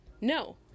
No